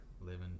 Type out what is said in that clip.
living